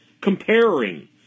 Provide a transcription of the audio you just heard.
comparing